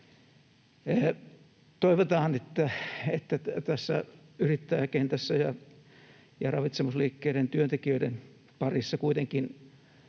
Toivotaan, että tässä yrittäjäkentässä ja ravitsemusliikkeiden työntekijöiden parissa kuitenkin